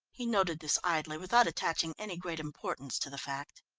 he noted this idly without attaching any great importance to the fact.